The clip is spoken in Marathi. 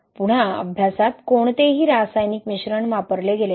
पुन्हा अभ्यासात कोणतेही रासायनिक मिश्रण वापरले गेले नाही